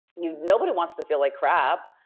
you know nobody wants to feel like crap.